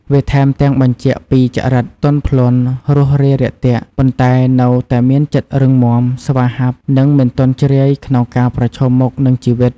វាថែមទាំងបញ្ជាក់ពីចរិតទន់ភ្លន់ រួសរាយរាក់ទាក់ ប៉ុន្តែនៅតែមានចិត្តរឹងមាំ ស្វាហាប់ និងមិនទន់ជ្រាយក្នុងការប្រឈមមុខនឹងជីវិត។